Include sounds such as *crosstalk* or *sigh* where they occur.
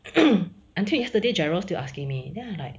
*coughs* until yesterday gerald still asking me then I like